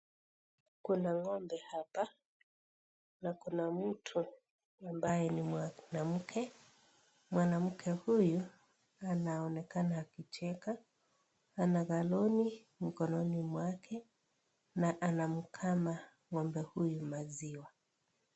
Kuna ngombe hapa na kuna mtu ambaye ni mwanamke, mwanamke huyu anaonekana akicheka, ana galoni mkononi mwake na anamkana ngombe huyu maziwa.